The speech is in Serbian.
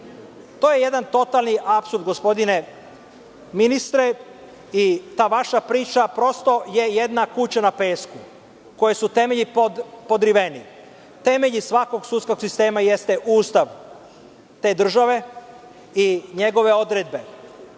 je jedan totalni apsurd gospodine ministre i ta vaša priča prosto je jedna kuća na pesku, kojoj su temelji podriveni. Temelj svakog sudskog sistema jeste Ustav te države i njegove odredbe.